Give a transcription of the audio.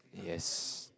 yes